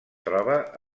troba